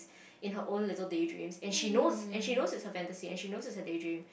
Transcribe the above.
in her own little daydreams and she know and she knows it's her fantasy and she knows it's her daydream